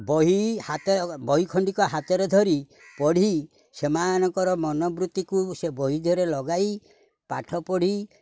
ବହି ହାତ ବହି ଖଣ୍ଡିକ ହାତରେ ଧରି ପଢ଼ି ସେମାନଙ୍କର ମନବୃତ୍ତିକୁ ସେ ବହି ଧିଅରେ ଲଗାଇ ପାଠ ପଢ଼ି